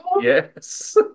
Yes